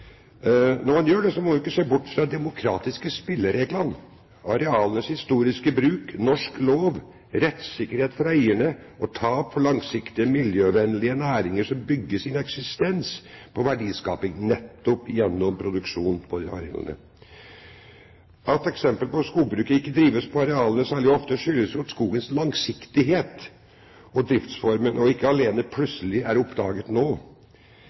Når man gjør det, må man jo ikke se bort fra de demokratiske spillereglene, arealenes historiske bruk, norsk lov, rettssikkerhet for eierne og tap for langsiktige miljøvennlige næringer som bygger sin eksistens på verdiskaping nettopp gjennom produksjonen på disse arealene. At f.eks. skogbruket ikke drives på arealene særlig ofte, skyldes jo skogens langsiktighet og driftsformen, og ikke at arealene plutselig er oppdaget nå.